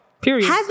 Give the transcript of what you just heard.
period